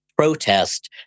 protest